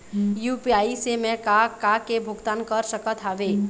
UPI से मैं का का के भुगतान कर सकत हावे?